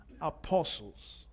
apostles